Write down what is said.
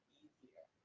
easier